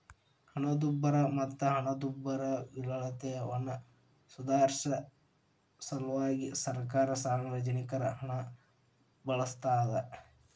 ಹಣದುಬ್ಬರ ಮತ್ತ ಹಣದುಬ್ಬರವಿಳಿತವನ್ನ ಸುಧಾರ್ಸ ಸಲ್ವಾಗಿ ಸರ್ಕಾರ ಸಾರ್ವಜನಿಕರ ಹಣನ ಬಳಸ್ತಾದ